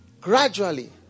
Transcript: gradually